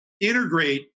integrate